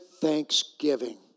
thanksgiving